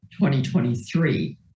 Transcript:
2023